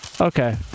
Okay